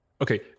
Okay